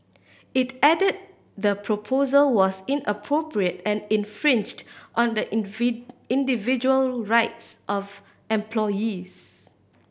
it added the proposal was inappropriate and infringed on the individual rights of employees